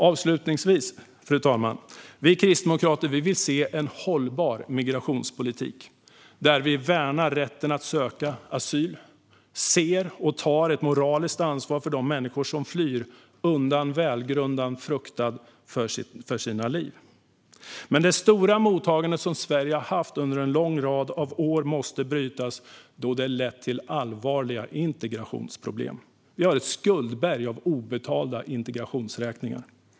Avslutningsvis, fru talman: Vi kristdemokrater vill se en hållbar migrationspolitik där vi värnar rätten att söka asyl och där vi ser och tar ett moraliskt ansvar för människor som flyr under välgrundad fruktan för sina liv. Dock måste det stora mottagande som Sverige haft under en lång rad av år brytas, då det lett till allvarliga integrationsproblem. Vi har ett skuldberg av obetalda integrationsräkningar.